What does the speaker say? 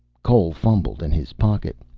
cole fumbled in his pocket.